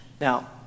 Now